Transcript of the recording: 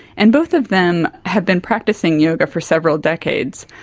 and both of them have been practising yoga for several decades,